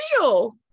real